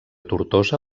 tortosa